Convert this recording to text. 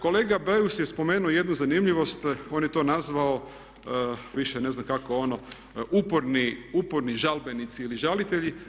Kolega Beus je spomenuo jednu zanimljivost, on je to nazvao više ne znam kako ono, uporni žalbenici ili žalitelji.